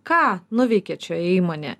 ką nuveikėt šioje įmonėje